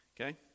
okay